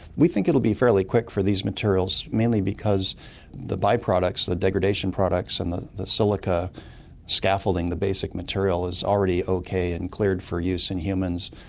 we think it will be fairly quick for these materials, mainly because the by-products, the degradation products and the the silica scaffolding, the basic material, is already okayed and cleared for use in humans,